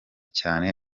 cyane